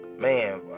Man